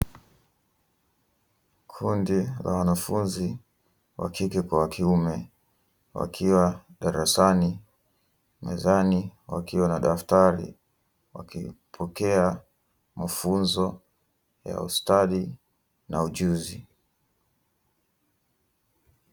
Kundi la wanafunzi wa kike kwa wa kiume wakiwa darasani mezani wakiwa na daftari wakipokea mafunzo ya ustadi na ujuzi.